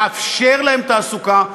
לאפשר להם תעסוקה,